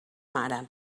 mare